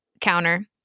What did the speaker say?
counter